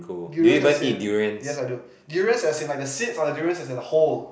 durians I think yes I do durians as in like the seeds or durians as the whole